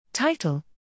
Title